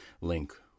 Link